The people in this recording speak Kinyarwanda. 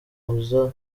uza